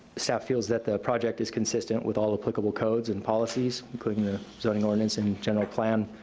staff feels that the project is consistent with all applicable codes and policies, including the zoning ordinance and general plan,